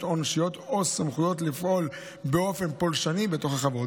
עונשיות או סמכויות לפעול באופן פולשני בתוך החברות.